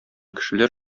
кешеләр